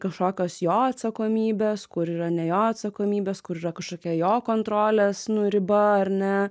kažkokios jo atsakomybės kur yra ne jo atsakomybės kur yra kažkokia jo kontrolės nu riba ar ne